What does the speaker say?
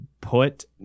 put